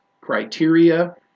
criteria